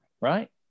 Right